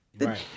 Right